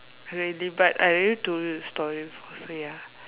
really but I already told you the story before so ya